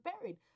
buried